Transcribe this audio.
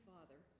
Father